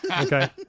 Okay